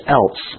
else